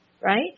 Right